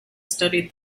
studied